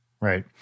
right